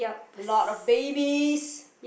lot of babies